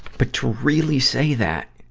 but to really say that,